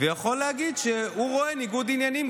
שיכול להגיד שהוא רואה ניגוד עניינים,